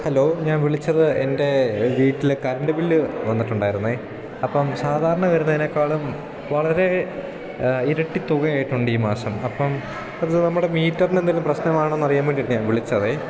hello ഞാൻ വിളിച്ചത് എൻ്റെ വീട്ടില് കറണ്ട് ബില്ല് വന്നിട്ടുണ്ടായിരുന്നേ അപ്പം സാധാരണ വരുന്നതിനേക്കാളും വളരെ ഇരട്ടി തുകയായിട്ടുണ്ട് ഈ മാസം അപ്പം അത് നമ്മുടെ മീറ്ററിനെന്തെങ്കിലും പ്രശ്നമാണോ എന്നറിയാൻ വേണ്ടിയിട്ട് ഞാൻ വിളിച്ചതേ